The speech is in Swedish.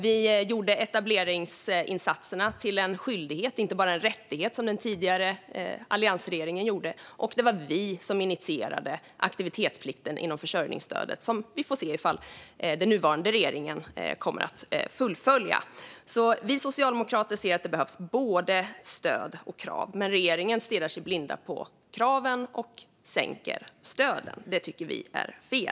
Vi gjorde etableringsinsatserna till en skyldighet, inte bara en rättighet - som den tidigare alliansregeringen gjorde. Det var vi som initierade aktivitetsplikten inom försörjningsstödet. Vi får se om den nuvarande regeringen fullföljer detta. Vi socialdemokrater anser att det behövs både stöd och krav, men regeringen stirrar sig blind på kraven och sänker stöden. Det tycker vi är fel.